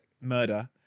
murder